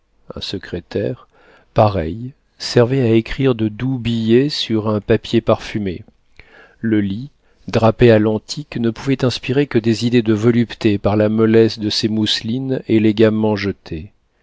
un secrétaire pareil servait à écrire de doux billets sur un papier parfumé le lit drapé à l'antique ne pouvait inspirer que des idées de volupté par la mollesse de ses mousselines élégamment jetées